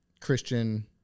Christian